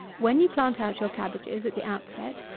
when you plant out your cabbages at the out-set,